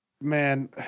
Man